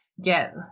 get